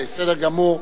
בסדר גמור.